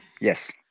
Yes